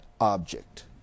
object